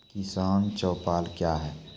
किसान चौपाल क्या हैं?